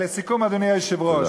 לסיכום, אדוני היושב-ראש,